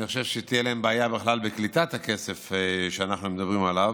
אני חושב שתהיה להן בכלל בעיה בקליטת הכסף שאנחנו מדברים עליו,